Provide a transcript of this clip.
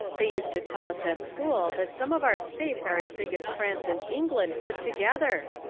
they used to tell us at school that some of our states are as big as france and england put together.